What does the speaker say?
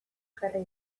jarri